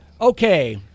Okay